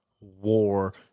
war